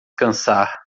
cansar